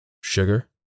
sugar